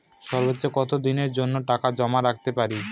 সর্বোচ্চ কত দিনের জন্য টাকা জমা রাখতে পারি?